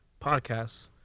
podcasts